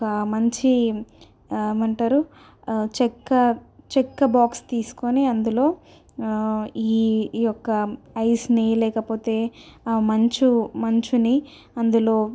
ఒక మంచి ఏమి అంటారు చెక్క చెక్క బాక్స్ తీసుకొని అందులో ఈ ఈ యొక్క ఐస్ని లేకపోతే ఆ మంచు మంచుని అందులో